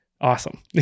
awesome